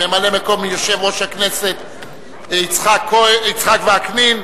ממלא-מקום יושב-ראש הכנסת יצחק וקנין,